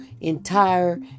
entire